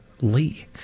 Lee